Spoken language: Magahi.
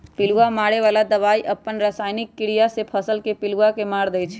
पिलुआ मारे बला दवाई अप्पन रसायनिक क्रिया से फसल के पिलुआ के मार देइ छइ